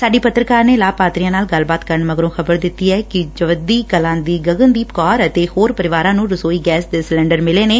ਸਾਡੀ ਪੱਤਰਕਾਰ ਨੇ ਲਾਭਪਾਤਰੀਆਂ ਨਾਲ ਗੱਲਬਾਤ ਕਰਨ ਮਗਰੋਂ ਖ਼ਬਰ ਦਿੱਤੀ ਐ ਕਿ ਜਵੱਦੀ ਕਲਾਂ ਦੀ ਗਗਨ ਦੀਪ ਕੌਰ ਅਤੇ ਹੋਰ ਪਰਿਵਾਰਾਂ ਨੰ ਰਸੋਈ ਗੈਸ ਦੇ ਸਿਲੰਡਰ ਮਿਲੇ ਨੇ